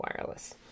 wireless